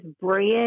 bread